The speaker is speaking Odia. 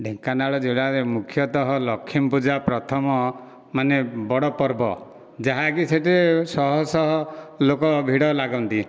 ଢେଙ୍କାନାଳ ଜିଲ୍ଲାରେ ମୁଖ୍ୟତଃ ଲକ୍ଷ୍ମୀପୂଜା ପ୍ରଥମ ମାନେ ବଡ଼ ପର୍ବ ଯାହାକି ସେଇଠି ଶହଶହ ଲୋକ ଭିଡ଼ ଲାଗନ୍ତି